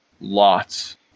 lots